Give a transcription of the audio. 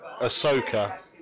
Ahsoka